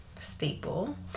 staple